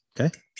Okay